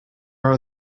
are